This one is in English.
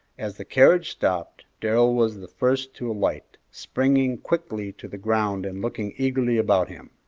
as the carriage stopped darrell was the first to alight, springing quickly to the ground and looking eagerly about him.